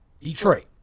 Detroit